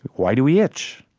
why do we itch?